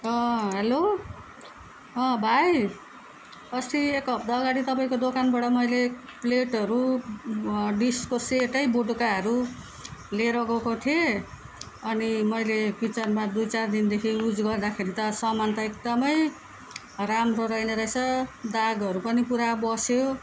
अँ हेलो अँ भाइ अस्ति एक हप्ता अगाडि तपाईँको दोकानबाट मैले प्लेटहरू डिसको सेटै बटुकोहरू लिएर गएको थिएँ अनि मैले किचनमा दुई चार दिनदेखि युज गर्दाखेरि त सामान त एकदमै राम्रो रहेन रहेछ दागहरू पनि पुरा बस्यो